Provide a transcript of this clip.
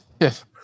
Yes